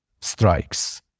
strikes